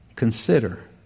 Consider